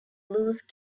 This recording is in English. loose